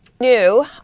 New